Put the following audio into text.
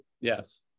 Yes